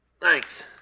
Thanks